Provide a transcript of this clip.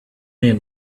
man